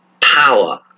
power